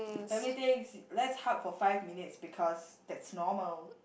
funny things let's hug for five minutes because that's normal